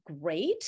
great